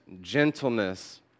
gentleness